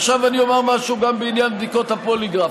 עכשיו אני אומר משהו גם בעניין בדיקות הפוליגרף.